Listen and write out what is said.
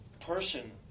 person